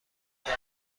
غلبه